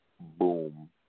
boom